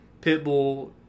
Pitbull